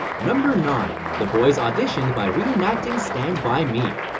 number nine the boys auditioned by reenacting stand by me.